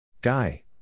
Guy